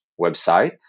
website